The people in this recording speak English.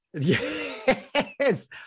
Yes